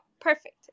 perfect